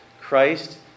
Christ